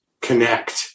connect